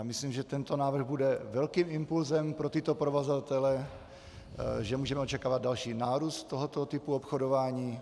Myslím, že tento návrh bude velkým impulsem pro tyto provozovatele, že můžeme očekávat další nárůst tohoto typu obchodování.